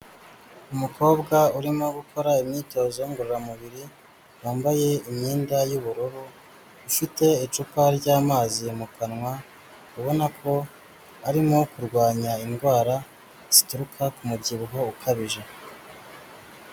Umukobwa urimo gukora imyitozo ngororamubiri, wambaye imyenda y'ubururu, ufite icupa ry'amazi mu kanwa, ubona ko arimo kurwanya indwara zituruka ku mubyibuho ukabije.